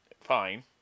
fine